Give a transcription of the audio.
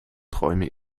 träume